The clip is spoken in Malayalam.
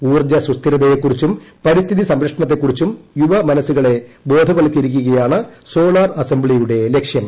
ഊർജ്ജ സുസ്ഥിരതയെ കുറിച്ചും പരിസ്ഥിതി സംരക്ഷണത്തെ കുറിച്ചും യുവ മനസ്സുകളെ ബോധവത്ക്കരിക്കുകയാണ് സോളാർ അസംബ്ലിയുടെ ലക്ഷ്യം